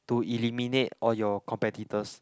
to eliminate all your competitors